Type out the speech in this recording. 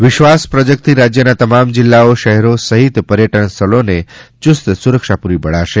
વિશ્વાસ પ્રોજેક્ટથી રાજ્યના તમામ જિલ્લાઓ શહેરો સહિત પર્યટન સ્થળોને યુસ્ત સુરક્ષા પુરી પડાશે